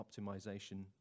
optimization